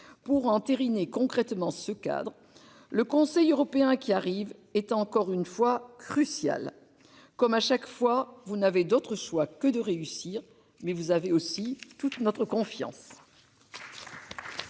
pour entériner concrètement ce cadre. Le Conseil européen qui arrive étant encore une fois crucial. Comme à chaque fois, vous n'avez d'autre choix que de réussir. Mais vous avez aussi toute notre confiance.